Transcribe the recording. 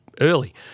early